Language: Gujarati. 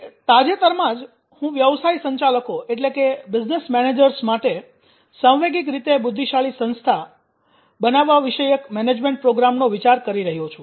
હજી તાજેતરમાં જ હું વ્યવસાય સંચાલકો માટે સાંવેગિક રીતે બુદ્ધિશાળી સંસ્થા બનાવવા વિષયક મેનેજમેન્ટ પ્રોગ્રામનો વિચાર કરી રહ્યો છું